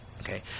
okay